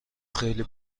خیلی